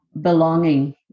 belonging